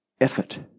effort